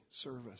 service